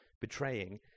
betraying